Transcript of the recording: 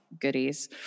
goodies